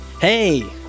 Hey